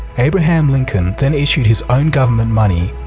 abraham lincoln then issued his own government money.